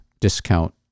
discount